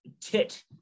tit